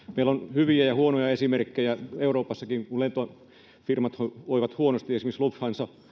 on hyviä ja huonoja esimerkkejä euroopassakin kun lentofirmat voivat huonosti esimerkiksi lufthansa